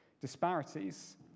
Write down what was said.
disparities